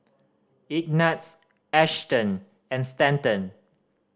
Ignatz Ashton and Stanton